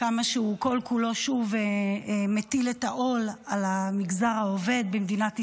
כמה שהוא כל כולו שוב מטיל את העול על המגזר העובד במדינת ישראל,